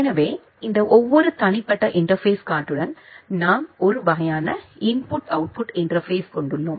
எனவே இந்த ஒவ்வொரு தனிப்பட்ட இன்டர்பேஸ் கார்டுயுடன் நாம் ஒரு வகையான இன்புட் அவுட்புட் இன்டர்பேஸ் கொண்டுள்ளோம்